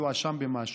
יואשם במשהו.